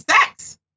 sex